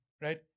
right